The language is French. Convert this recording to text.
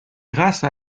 grâce